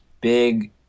big